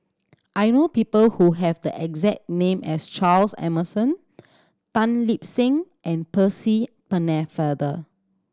I know people who have the exact name as Charles Emmerson Tan Lip Seng and Percy Pennefather